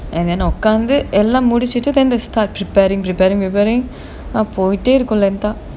and then உட்காந்து எல்லாம் முடிச்சிட்டு:utkaanthu ellaam mudichitu then they start preparing preparing preparing போயிட்டே இருக்கும்:poyittae irukum length ah